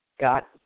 got